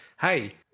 hey